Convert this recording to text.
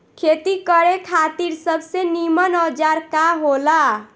खेती करे खातिर सबसे नीमन औजार का हो ला?